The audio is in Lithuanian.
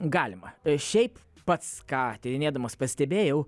galima šiaip pats ką tyrinėdamas pastebėjau